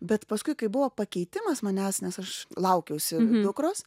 bet paskui kai buvo pakeitimas manęs nes aš laukiausi dukros